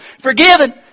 forgiven